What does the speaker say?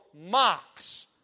mocks